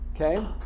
Okay